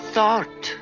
thought